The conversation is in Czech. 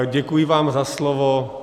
Děkuji vám za slovo.